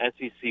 SEC